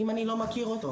אם אני לא מכיר אותו,